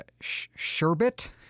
Sherbet